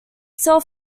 cell